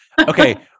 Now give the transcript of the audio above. Okay